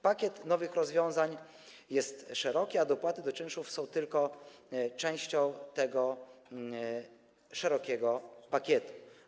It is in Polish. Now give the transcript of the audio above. Pakiet nowych rozwiązań jest szeroki, a dopłaty do czynszów są tylko częścią tego szerokiego pakietu.